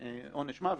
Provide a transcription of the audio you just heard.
עונש מוות,